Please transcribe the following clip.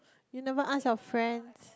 you never ask your friends